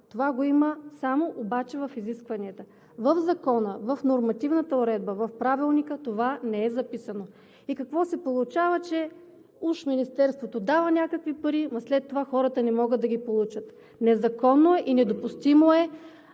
Това го има само обаче в изискванията. В Закона, в нормативната уредба, в Правилника това не е записано. И какво се получава? Уж Министерството дава някакви пари, ама след това хората не могат да ги получат. Незаконно е и недопустимо е